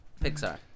Pixar